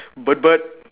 bird bird